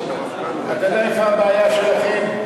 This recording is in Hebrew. אתה יודע איפה הבעיה שלכם?